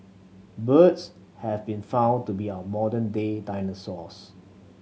birds have been found to be our modern day dinosaurs